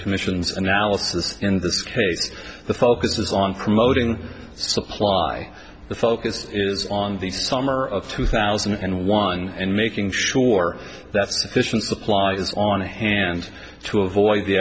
commission's analysis in this case the focus is on promoting supply the focus is on the summer of two thousand and one and making sure that sufficient supply is on hand to avoid the